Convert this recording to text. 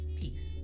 Peace